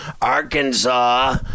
Arkansas